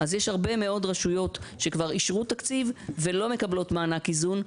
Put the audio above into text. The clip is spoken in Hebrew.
יש הרבה מאוד רשויות שכבר אישרו תקציב ולא מקבלות מענק איזון,